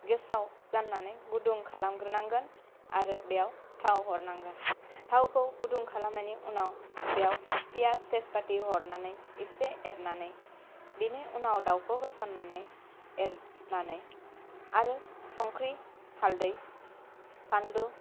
गेसाव जाननानै गुदुं खालामग्रोनांगोन आरो बेयाव थाव हरनांगोन थावखौ गुदुं खालामनायनि उनाव बेयाव फियाज थेजफाटि हरनानै एसे एरनानै बेनि उनाव दाउखौ होसननानै एरनानै आरो साख्रि हालदै फानलु